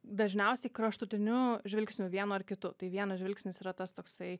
dažniausiai kraštutiniu žvilgsniu vienu ar kitu tai vienas žvilgsnis yra tas toksai